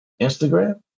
Instagram